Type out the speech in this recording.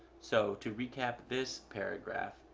so, to recap this paragraph.